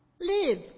Live